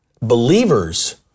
believers